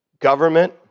government